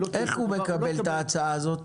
איך הוא מקבל את ההצעה הזאת?